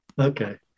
Okay